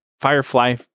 Firefly